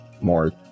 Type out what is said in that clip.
more